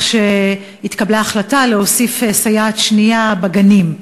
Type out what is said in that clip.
שהתקבלה החלטה להוסיף סייעת שנייה בגנים.